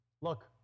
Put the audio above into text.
look